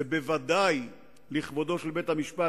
זה ודאי לכבודו של בית-המשפט,